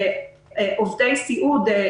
עובדי סיעוד,